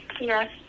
Yes